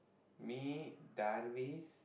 me Darvis